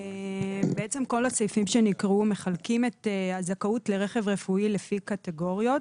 כל הסעיפים שנקראו מחלקים את הזכאות לרכב רפואי לפי קטיגוריות